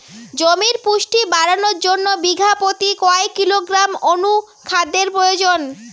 জমির পুষ্টি বাড়ানোর জন্য বিঘা প্রতি কয় কিলোগ্রাম অণু খাদ্যের প্রয়োজন?